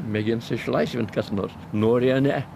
mėgins išlaisvint kas nors nori a ne